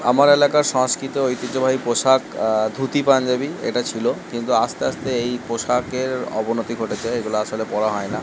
আমার এলাকার সংস্কৃত ঐতিহ্যবাহী পোশাক ধুতি পাঞ্জাবি এটা ছিল কিন্তু আস্তে আস্তে এই পোশাকের অবনতি ঘটেছে এইগুলো আসলে পরা হয় না